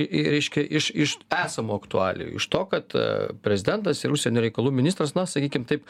reiškia iš iš esamų aktualijų iš to kad prezidentas ir užsienio reikalų ministras na sakykim taip